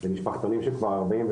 חבר'ה,